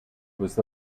was